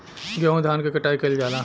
गेंहू धान क कटाई कइल जाला